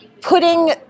putting